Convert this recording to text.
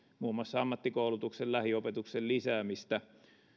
muun muassa ammattikoulutuksen lähiopetuksen lisäämistä